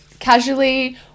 Casually